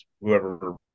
whoever